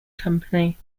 company